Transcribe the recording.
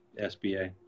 SBA